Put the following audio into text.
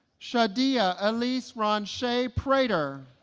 shadia elese ronshay prater